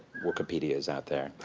wikipedias out there